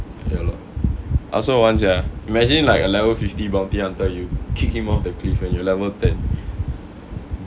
ya lor I also want sia imagine like a level fifty bounty hunter you kick him off the cliff and you're level ten